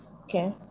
Okay